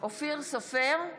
אופיר סופר,